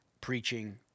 preaching